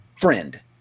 friend